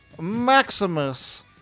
Maximus